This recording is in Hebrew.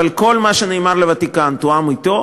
אבל כל מה שנאמר לוותיקן תואם אתו.